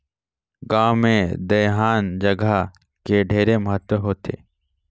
गांव मे दइहान जघा के ढेरे महत्ता होथे